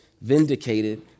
vindicated